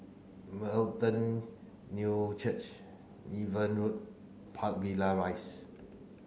New Church Niven Road Park Villa Rise